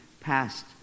passed